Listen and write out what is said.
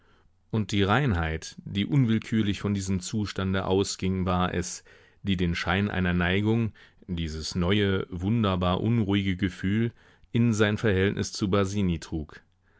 und die reinheit die unwillkürlich von diesem zustande ausging war es die den schein einer neigung dieses neue wunderbar unruhige gefühl in sein verhältnis zu basini trug